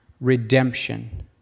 redemption